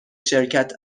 شرکت